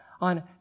on